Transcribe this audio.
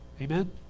Amen